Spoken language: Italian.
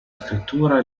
scrittura